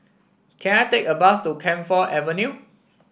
can I take a bus to Camphor Avenue